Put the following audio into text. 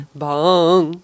bang